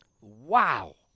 Wow